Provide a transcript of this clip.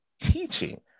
teaching